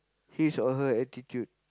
his or her attitude